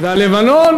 והלבנון,